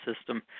system